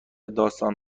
داستان